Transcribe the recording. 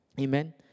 Amen